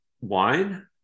wine